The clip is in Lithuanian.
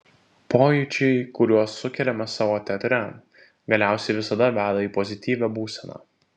pojūčiai kuriuos sukeliame savo teatre galiausiai visada veda į pozityvią būseną